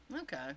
Okay